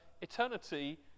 eternity